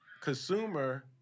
consumer